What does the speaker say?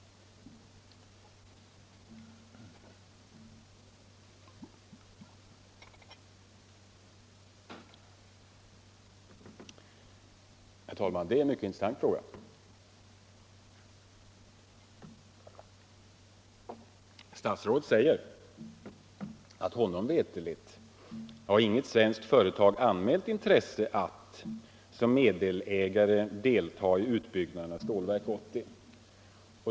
Herr talman! Det är en mycket intressant fråga. Statsrådet säger att honom veterligt har inget svenskt företag anmält intresse att som meddelägare delta i utbyggnaden av Stålverk 80.